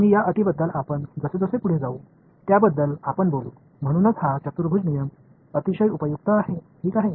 आणि या अटींबद्दल आपण जसजसे पुढे जाऊ त्याबद्दल आपण बोलू म्हणूनच हा चतुर्भुज नियम अतिशय उपयुक्त आहे ठीक आहे